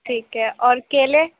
ٹھیک ہے اور کیلے